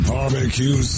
Barbecue